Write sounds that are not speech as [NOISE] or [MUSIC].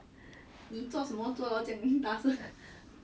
[LAUGHS]